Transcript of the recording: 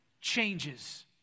changes